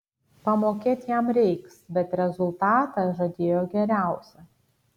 pamokėt jam reiks bet rezultatą žadėjo geriausią